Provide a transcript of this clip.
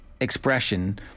expression